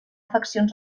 afeccions